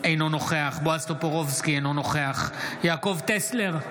אינו נוכח בועז טופורובסקי, אינו נוכח יעקב טסלר,